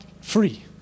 free